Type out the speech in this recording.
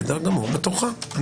בתורך.